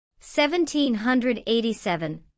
1787